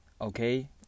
Okay